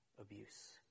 abuse